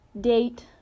date